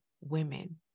women